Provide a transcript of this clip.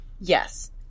Yes